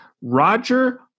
Roger